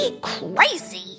crazy